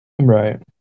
Right